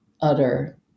utter